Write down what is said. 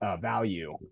value